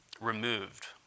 removed